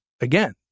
again